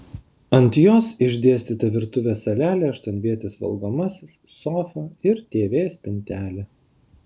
ant jos išdėstyta virtuvės salelė aštuonvietis valgomasis sofa ir tv spintelė